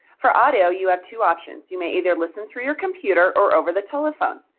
for audio you have two options you may either listen through your computer or over the telephone.